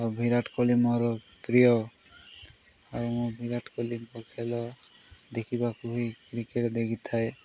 ଆଉ ବିରାଟ କୋହଲି ମୋର ପ୍ରିୟ ଆଉ ମୁଁ ବିରାଟ କୋହଲିଙ୍କ ଖେଲ ଦେଖିବାକୁ ହିଁ କ୍ରିକେଟ ଦେଖିଥାଏ